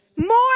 More